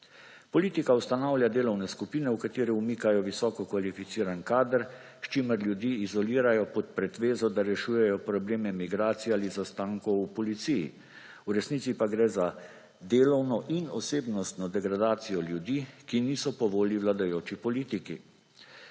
Politika ustanavlja delovne skupine, v katere umikajo visokokvalificiran kader, s čimer ljudi izolirajo pod pretvezo, da rešujejo probleme migracij ali zastankov v policiji. V resnici pa gre za delovno in osebnostno degradacijo ljudi, ki niso po volji vladajoči politiki.